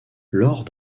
lors